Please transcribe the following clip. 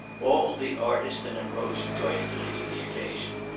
all the artist in him rose joyfully to the occasion.